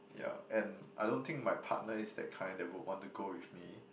yeah and I don't think my partner is that kind that would want to go with me